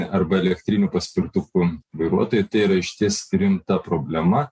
arba elektrinių paspirtukų vairuotojai tai yra išties rimta problema